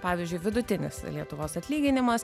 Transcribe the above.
pavyzdžiui vidutinis lietuvos atlyginimas